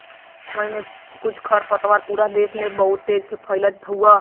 आज के समय में कुछ खरपतवार पूरा देस में बहुत तेजी से फइलत हउवन